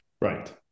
Right